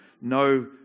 no